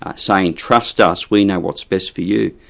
ah saying trust us, we know what's best for you'.